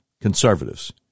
conservatives